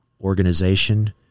organization